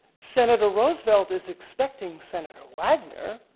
senator roosevelt is expecting senator wagner.